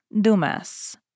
Dumas